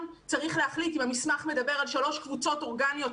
צריך להחליט אם המסמך מדבר על שלוש קבוצות אורגניות,